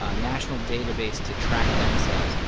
ah national database to track gun sales,